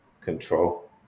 control